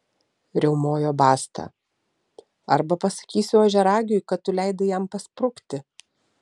riaumojo basta arba pasakysiu ožiaragiui kad tu leidai jam pasprukti